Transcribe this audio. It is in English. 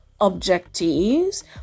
objectives